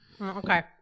Okay